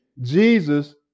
Jesus